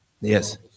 Yes